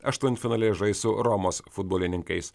aštuntfinalyje žais su romos futbolininkais